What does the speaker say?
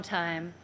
time